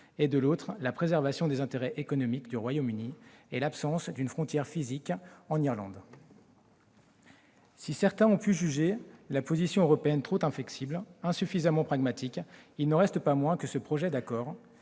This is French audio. et, de l'autre, la préservation des intérêts économiques du Royaume-Uni et l'absence d'une frontière physique en Irlande ? Si certains ont pu juger la position européenne trop inflexible, insuffisamment pragmatique, il n'en reste pas moins que ce projet d'accord